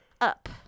up